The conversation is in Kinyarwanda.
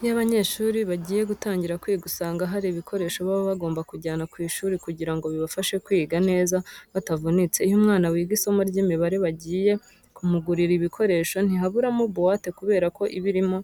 Iyo abanyeshuri bagiye gutangira kwiga usanga hari ibikoresho baba bagomba kujyana ku ishuri kugira ngo bibafashe kwiga neza batavunitse. Iyo umwana wiga isomo ry'imibare bagiye kumugurira ibikoresho ntihaburamo buwate kubera ko iba irimo